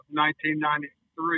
1993